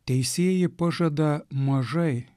teisieji pažada mažai